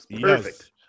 Perfect